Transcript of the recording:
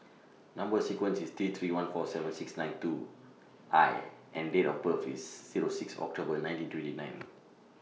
Number sequence IS T three one four seven six nine two I and Date of birth IS Zero six October nineteen twenty nine